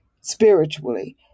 spiritually